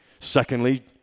Secondly